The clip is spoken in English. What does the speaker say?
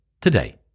today